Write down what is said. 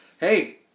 hey